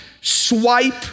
swipe